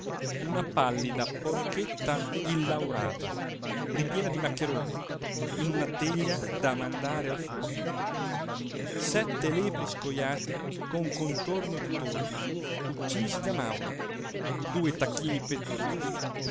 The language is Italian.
una pallida porchetta illaurata ripiena di maccheroni in una teglia da mandare al forno sette lepri scojati con contorno di tordi uccisi da mauro due tacchini